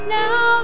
now